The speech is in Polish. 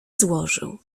złożył